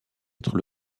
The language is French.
être